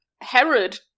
Herod